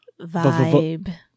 vibe